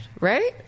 right